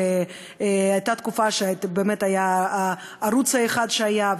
הייתה תקופה שבאמת זה היה הערוץ האחד שהיה,